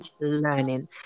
learning